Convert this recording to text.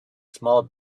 small